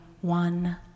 one